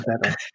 better